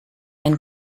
and